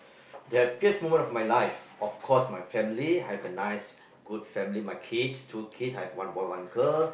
the happiest moment of my life of course my family I have a nice good family my kids two kids I have one boy one girl